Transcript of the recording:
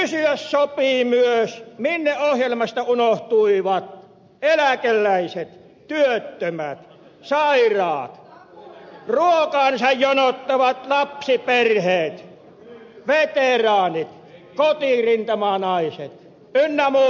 kysyä sopii myös minne ohjelmasta unohtuivat eläkeläiset työttömät ja eija ruoho tai lisäjonoa vaikka lapsi ei sairaat ruokaansa jonottavat lapsiperheet veteraanit kotirintamanaiset ynnä muuta